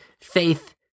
faith